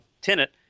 tenant